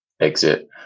exit